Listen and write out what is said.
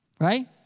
right